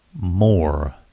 More